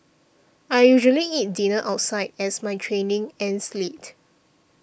I usually eat dinner outside as my training ends late